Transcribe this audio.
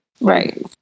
Right